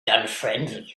unfriendly